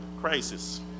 crisis